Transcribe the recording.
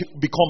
become